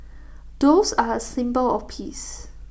doves are A symbol of peace